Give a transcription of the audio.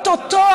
או-טו-טו,